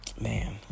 Man